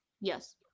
yes